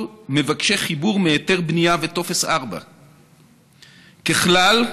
מבקשי חיבור מהיתר בנייה וטופס 4. ככלל,